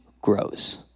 grows